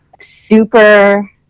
super